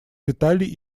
виталий